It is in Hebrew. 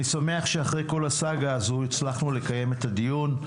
אני שמח שאחרי כל הסאגה הזו הצלחנו לקיים את הדיון.